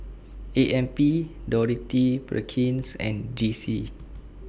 A M P Dorothy Perkins and D C